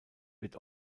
wird